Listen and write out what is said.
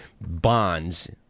bonds